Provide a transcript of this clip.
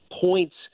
points